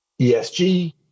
ESG